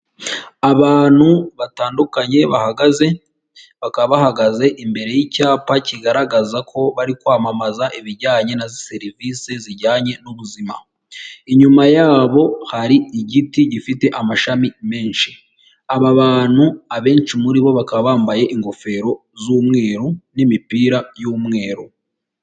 Abantu batandukanye bahagaze bakaba bahagaze imbere y'icyapa kigaragaza ko bari kwamamaza ibijyanye na serivisi zijyanye n'ubuzima, inyuma yabo hari igiti gifite amashami menshi aba bantu abenshi muri bo bakaba bambaye ingofero z'umweru n'imipira y'umweru.